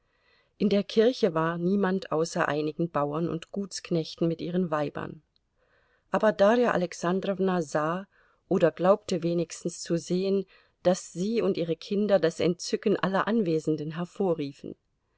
in der kirche war niemand außer einigen bauern und gutsknechten mit ihren weibern aber darja alexandrowna sah oder glaubte wenigstens zu sehen daß sie und ihre kinder das entzücken aller anwesenden hervorriefen